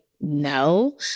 no